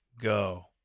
go